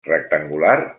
rectangulars